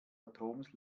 atoms